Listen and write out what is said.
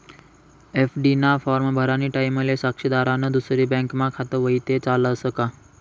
FD ना form भरानी टाईमले साक्षीदारनं दुसरी बँकमा खातं व्हयी ते चालस का